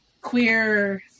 queer